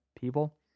people